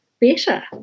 better